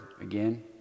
again